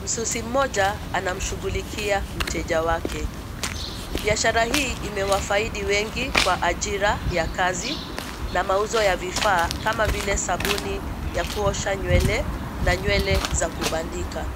Msusi mmoja anamshughulikia mteja wake, Biashara hii imewafaidi wengi kwa ajira ya kazi na mauzo ya vifaa kama vile sabuni ya kuosha nywele, na nywele za kubandika.